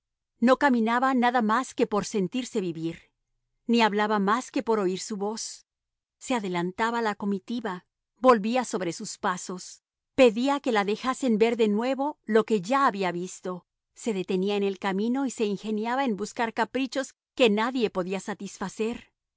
no caminaba nada más que por sentirse vivir ni hablaba más que por oír su voz se adelantaba a la comitiva volvía sobre sus pasos pedía que la dejasen ver de nuevo lo que ya había visto se detenía en el camino y se ingeniaba en buscar caprichos que nadie podía satisfacer